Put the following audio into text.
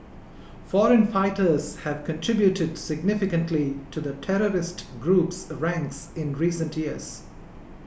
foreign fighters have contributed significantly to the terrorist group's ranks in recent years